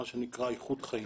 מה שנקרא איכות חיים.